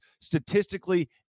statistically